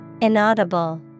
Inaudible